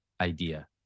idea